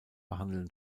behandeln